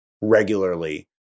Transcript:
regularly